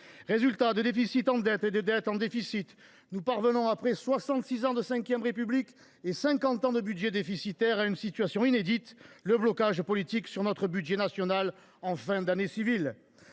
Résultat, de déficits en dettes et de dettes en déficits, nous parvenons, après soixante six ans de V République et cinquante ans de budgets déficitaires, à une situation inédite : le blocage politique sur notre budget national en fin d’année civile.